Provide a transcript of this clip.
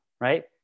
right